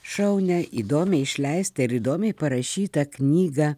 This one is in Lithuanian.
šaunią įdomiai išleistą ir įdomiai parašytą knygą